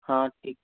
हाँ ठीक